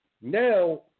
now